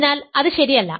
അതിനാൽ അത് ശരിയല്ല